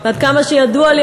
ועד כמה שידוע לי,